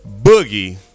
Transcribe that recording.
Boogie